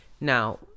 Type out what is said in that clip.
Now